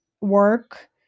work